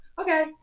okay